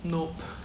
nope